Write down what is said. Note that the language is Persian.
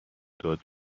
داد